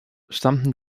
stammten